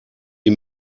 die